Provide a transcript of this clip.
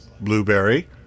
Blueberry